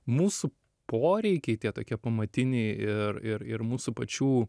mūsų poreikiai tie tokie pamatiniai ir ir ir mūsų pačių